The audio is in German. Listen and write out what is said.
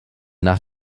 nach